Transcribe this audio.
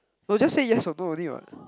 no just say yes or no only what